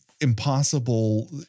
impossible